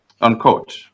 Unquote